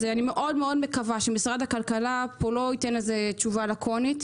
אני מאוד מקווה שמשרד הכלכלה לא ייתן תשובה לקונית,